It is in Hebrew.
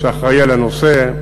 שאחראי לנושא,